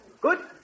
Good